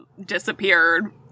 Disappeared